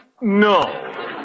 No